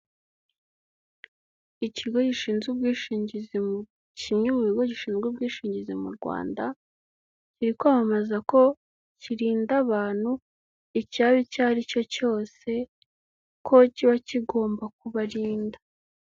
Ikigo gishinzwe ubwishingizi kimwe mu bigo gishinzwe ubwishingizi mu Rwanda kiri kwamamaza ko kirinda abantu icyaba icyo ari cyo cyose ko kiba kigomba kubarinda.